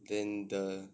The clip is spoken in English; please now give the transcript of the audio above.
then the